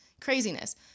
craziness